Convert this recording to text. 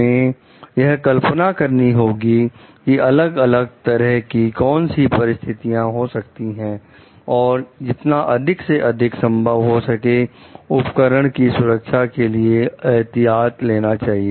हमें यह कल्पना करनी होगी कि अलग अलग तरह की कौन सी परिस्थितियां हो सकती हैं और जितना अधिक से अधिक संभव हो सके उपकरण की सुरक्षा के लिए एहतियात लेने चाहिए